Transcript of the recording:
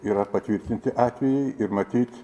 yra patvirtinti atvejai ir matyt